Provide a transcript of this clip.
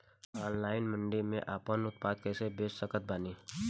Online मंडी मे आपन उत्पादन कैसे बेच सकत बानी?